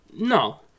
No